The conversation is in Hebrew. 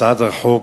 הצעת החוק